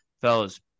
Fellas